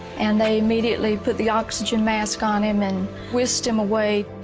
and they immediately put the oxygen mask on him and whisked him away.